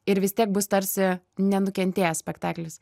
ir vis tiek bus tarsi nenukentėjęs spektaklis